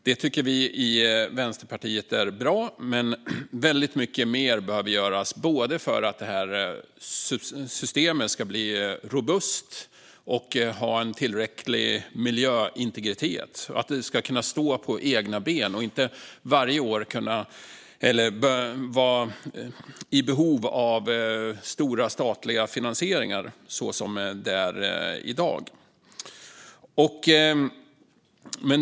Det tycker Vänsterpartiet är bra, men väldigt mycket mer behöver göras för att detta system ska bli robust, ha tillräcklig miljöintegritet och kunna stå på egna ben utan att varje år vara beroende av stora statliga finansieringar så som det är i dag.